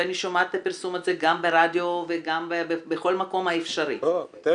ואני שומעת את הפרסום הזה גם ברדיו וגם בכל מקום אפשרי --- בטלפון.